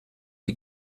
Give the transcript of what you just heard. die